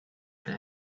that